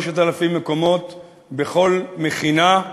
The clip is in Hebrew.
3,000 מקומות בכל מכינה,